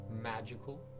magical